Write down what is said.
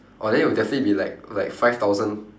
oh then it'll definitely be like like five thousand